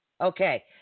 Okay